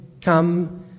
come